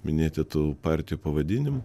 minėti tų partijų pavadinimų